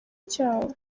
cyabo